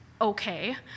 okay